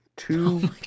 Two